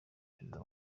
perezida